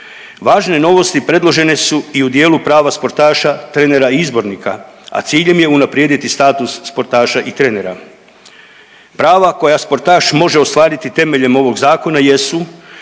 Važne novosti predložene su i u dijelu prava sportaša, trenera i izbornika, a cilj im je unaprijediti status sportaša i trenera. Prava koja sportaš može ostvariti temeljem ovog zakona jesu